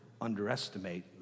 underestimate